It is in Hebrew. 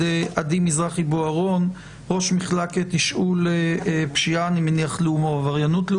עדי מזרחי בוארון, ראש מחלקת תשאול פשיעה לאומנית,